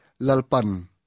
lalpan